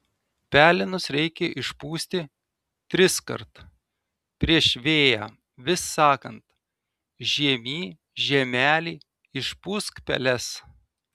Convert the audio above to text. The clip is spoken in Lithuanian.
pelenus reikia išpūsti triskart prieš vėją vis sakant žiemy žiemeli išpūsk peles